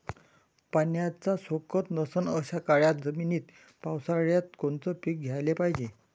पाण्याचा सोकत नसन अशा काळ्या जमिनीत पावसाळ्यात कोनचं पीक घ्याले पायजे?